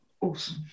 Awesome